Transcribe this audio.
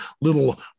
little